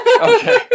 Okay